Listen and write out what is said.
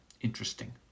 interesting